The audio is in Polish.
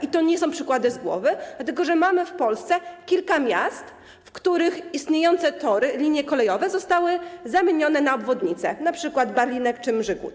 I to nie są przykłady z głowy, dlatego że mamy w Polsce kilka miast, w których istniejące tory, linie kolejowe zostały zamienione na obwodnice, np. Barlinek czy Mrzygłód.